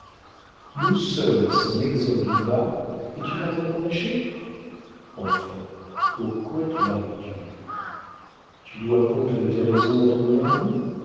nous sommes seuls exempts du bât et tu vas t'en harnacher enfin pourquoi te maries tu tu dois compte de tes raisons à ton meilleur ami